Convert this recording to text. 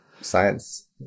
science